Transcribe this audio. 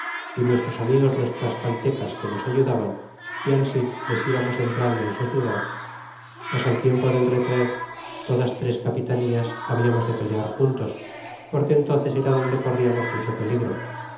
y nuestros amigos los tlascaltacas que nos ayudaban y ansi les íbamos entrando ensu ciudad mas al tiempo del retraer todas tres capitanías habiamos de pelear juntos porque entbnces era donde corriamos mucho peligro